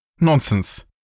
Nonsense